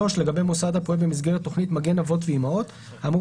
לגבי מוסד הפועל במסגרת תכנית "מגן אבות ואימהות" האמור